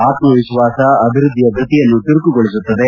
ಆತ್ಮವಿಶ್ವಾಸ ಅಭಿವೃದ್ಧಿಯ ಗತಿಯನ್ನು ಚುರುಕುಗೊಳಿಸುತ್ತದೆ